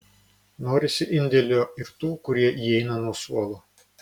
norisi indėlio ir tų kurie įeina nuo suolo